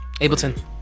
Ableton